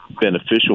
beneficial